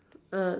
uh